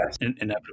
inevitable